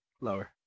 Lower